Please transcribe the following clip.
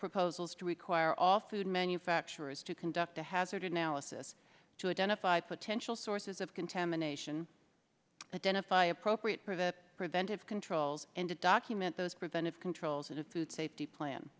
proposals to require all food manufacturers to conduct a hazard analysis to identify potential sources of contamination identify appropriate for the preventive controls and to document those preventive controls its food safety plan